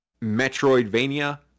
metroidvania